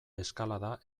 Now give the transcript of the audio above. eskalada